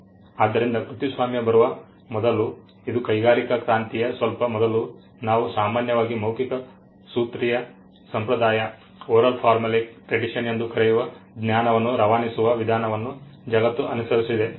ಆದ್ದರಿಂದ ಕೃತಿಸ್ವಾಮ್ಯ ಬರುವ ಮೊದಲು ಇದು ಕೈಗಾರಿಕಾ ಕ್ರಾಂತಿಯ ಸ್ವಲ್ಪ ಮೊದಲು ನಾವು ಸಾಮಾನ್ಯವಾಗಿ ಮೌಖಿಕ ಸೂತ್ರೀಯ ಸಂಪ್ರದಾಯ ಎಂದು ಕರೆಯುವ ಜ್ಞಾನವನ್ನು ರವಾನಿಸುವ ವಿಧಾನವನ್ನು ಜಗತ್ತು ಅನುಸರಿಸಿದೆ